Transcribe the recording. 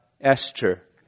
Esther